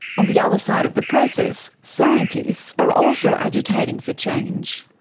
on the other side of the process, scientists are also agitating for change.